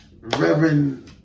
Reverend